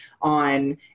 on